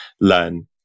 learn